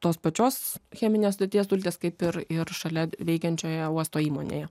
tos pačios cheminės sudėties dulkės kaip ir ir šalia veikiančioje uosto įmonėje